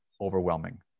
overwhelming